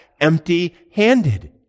empty-handed